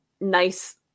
nice